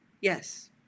Yes